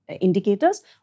indicators